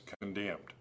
condemned